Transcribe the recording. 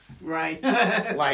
right